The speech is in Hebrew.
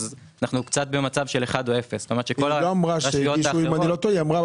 אנחנו במצב של 1 או 0. היא אמרה,